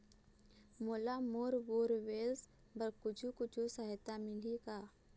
मोला bore borewells बर कुछू कछु सहायता मिलही का?